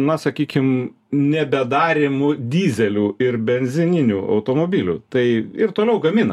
na sakykim nebedarymu dyzelių ir benzininių automobilių tai ir toliau gamina